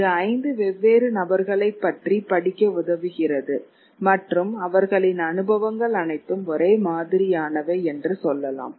இது 5 வெவ்வேறு நபர்களைப் பற்றி படிக்க உதவுகிறது மற்றும் அவர்களின் அனுபவங்கள் அனைத்தும் ஒரே மாதிரியானவை என்று சொல்லலாம்